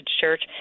church